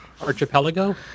Archipelago